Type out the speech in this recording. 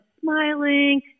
smiling